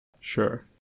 Sure